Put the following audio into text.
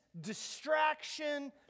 distraction